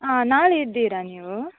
ಹಾಂ ನಾಳೆ ಇದ್ದೀರಾ ನೀವು